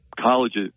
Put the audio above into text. colleges